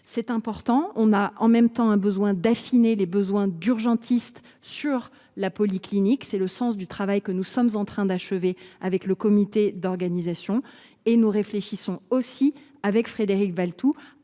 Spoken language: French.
C’est important. Nous avons, en même temps, besoin d’affiner les besoins en urgentistes de la polyclinique. C’est le sens du travail que nous sommes en train d’achever avec le Comité d’organisation. Nous réfléchissons aussi, avec Frédéric Valletoux,